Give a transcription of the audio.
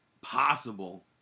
possible